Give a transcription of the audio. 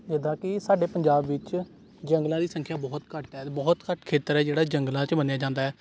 ਜਿੱਦਾਂ ਕਿ ਸਾਡੇ ਪੰਜਾਬ ਵਿੱਚ ਜੰਗਲਾਂ ਦੀ ਸੰਖਿਆ ਬਹੁਤ ਘੱਟ ਹੈ ਬਹੁਤ ਘੱਟ ਖੇਤਰ ਹੈ ਜਿਹੜਾ ਜੰਗਲਾਂ 'ਚ ਮੰਨਿਆ ਜਾਂਦਾ